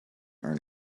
earn